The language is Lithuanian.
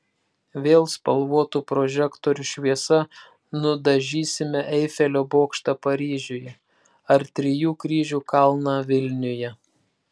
vėl spalvotų prožektorių šviesa nudažysime eifelio bokštą paryžiuje ar trijų kryžių kalną vilniuje